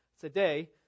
today